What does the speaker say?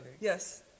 Yes